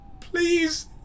please